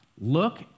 Look